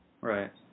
Right